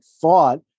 thought